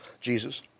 Jesus